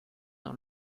d’un